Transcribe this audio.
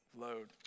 load